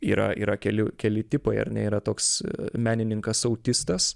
yra yra keli keli tipai ar ne yra toks menininkas autistas